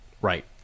right